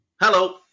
Hello